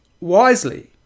wisely